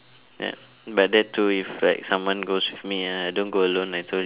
yup but that too if like someone goes with me I don't go alone I told you